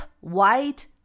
white